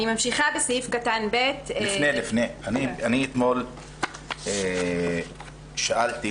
אני אתמול שאלתי